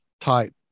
type